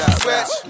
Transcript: switch